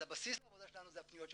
הבסיס לעבודה שלנו זה הפניות שמתקבלות,